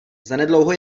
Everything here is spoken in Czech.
zanedlouho